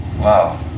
wow